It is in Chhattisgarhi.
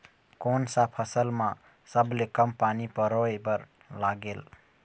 कोन सा फसल मा सबले कम पानी परोए बर लगेल?